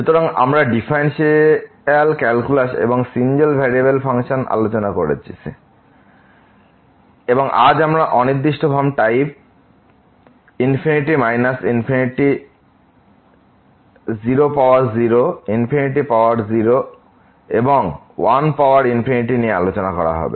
সুতরাং আমরা differential calculus এবং সিঙ্গল ভ্যারিয়েবল ফাংশন আলোচনা করেছি এবং আজ এই অনির্দিষ্ট form type infinity minus infinity 0 power 0 infinity power 0 এবং 1 পাওয়ার ইনফিনিটি নিয়ে আলোচনা করা হবে